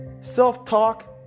Self-talk